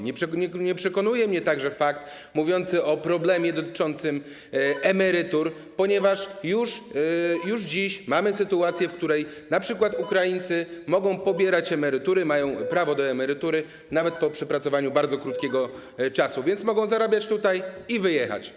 Nie przekonuje mnie także fakt mówiący o problemie dotyczącym emerytur, ponieważ już dziś mamy sytuację, w której np. Ukraińcy mogą pobierać emerytury, mają prawo do emerytury nawet po przepracowaniu bardzo krótkiego czasu, więc mogą zarabiać tutaj i wyjechać.